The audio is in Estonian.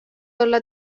olla